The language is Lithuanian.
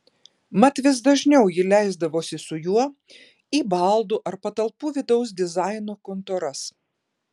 mat vis dažniau ji leisdavosi su juo į baldų ar patalpų vidaus dizaino kontoras